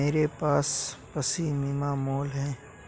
मेरे पास पशमीना शॉल है